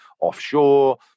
offshore –